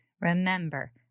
remember